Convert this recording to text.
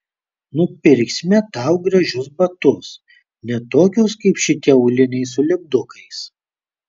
nupirksime tau gražius batus ne tokius kaip šitie auliniai su lipdukais